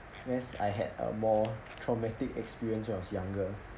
yes I had a more traumatic experience when I was younger